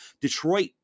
Detroit